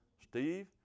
Steve